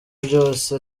byose